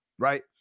Right